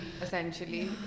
essentially